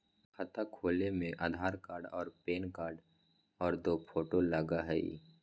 खाता खोले में आधार कार्ड और पेन कार्ड और दो फोटो लगहई?